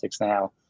now